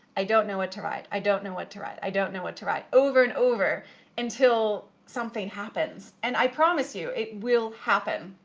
i don't know what to write, i don't know what to write, i don't know what to write, over and over until something happens. and i promise you, it will happen.